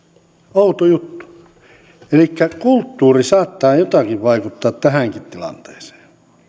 outo juttu elikkä kulttuuri saattaa jotakin vaikuttaa tähänkin tilanteeseen